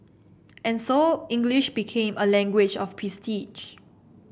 and so English became a language of prestige